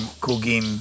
cooking